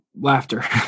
laughter